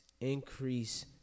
increase